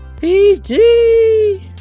PG